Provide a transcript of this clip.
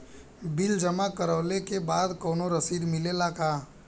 Bill जमा करवले के बाद कौनो रसिद मिले ला का?